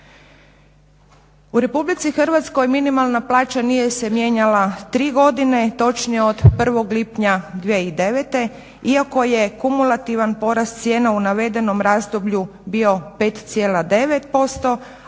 U RH minimalna plaća nije se mijenjala 3 godine, točnije od 1. lipnja 2009. iako je kumulativan porast cijena u navedenom razdoblju bio 5,9%